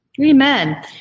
Amen